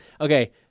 Okay